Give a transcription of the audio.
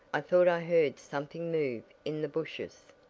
i thought i heard something move in the bushes!